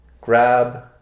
grab